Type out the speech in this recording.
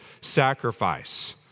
sacrifice